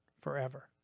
forever